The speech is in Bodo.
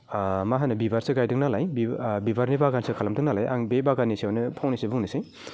मा होनो बिबारसो गायदों नालाय बिबारनि बागानसो खालामदों नालाय आं बे बागाननि सायावनो फंनैसो बुंनोसै